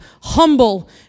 Humble